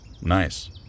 nice